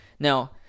now